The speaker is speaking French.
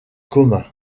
commun